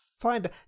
find